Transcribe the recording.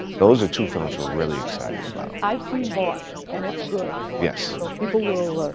those are two films we're really excited about. i've seen boss, and it's good. yes. so people will,